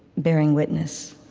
bearing witness